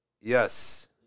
Yes